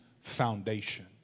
foundation